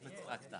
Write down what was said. ואן,